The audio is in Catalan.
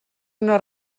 una